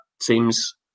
seems